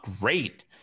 great